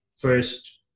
first